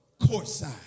courtside